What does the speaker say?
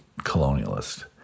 colonialist